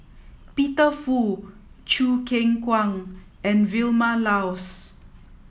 Peter Fu Choo Keng Kwang and Vilma Laus